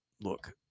Look